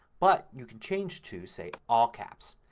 but you can change to, say, all caps.